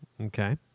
Okay